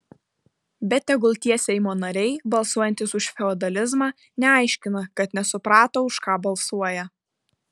bet tegul tie seimo nariai balsuojantys už feodalizmą neaiškina kad nesuprato už ką balsuoja